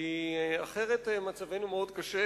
כי אחרת מצבנו מאוד קשה,